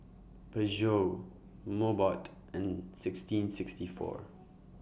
Peugeot Mobot and sixteen sixty four